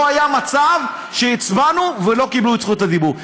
לא היה מצב שהצבענו ולא קיבלו את זכות הדיבור.